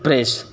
press